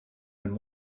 and